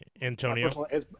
Antonio